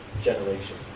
generation